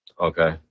okay